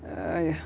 uh ya